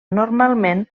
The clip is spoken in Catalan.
normalment